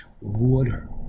water